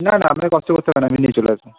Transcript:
না না আপনাকে কষ্ট করতে হবে না আমি নিয়ে চলে আসবো